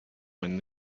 when